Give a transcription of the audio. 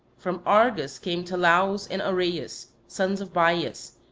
from argos came talaus and areius, sons of bias,